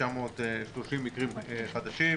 אני רוצה קודם כול לתת את הנתונים.